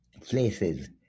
places